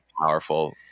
powerful